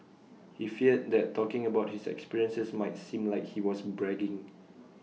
he feared that talking about his experiences might seem like he was bragging